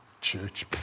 church